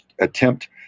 attempt—